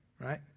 Right